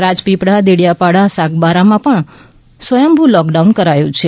રાજપીપળા દેડિયાપાડા સાગબારા માં પણ સ્વયંભ્ર લોકડાઉન કરાયું છે